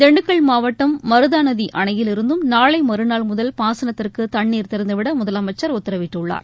திண்டுக்கல் மாவட்டம் மருதாநதி அணையிலிருந்தும் நாளை மறுநாள் முதல் பாசனத்துக்கு தண்ணீர் திறந்துவிட முதலமைச்சர் உத்தரவிட்டுள்ளார்